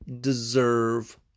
deserve